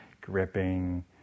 gripping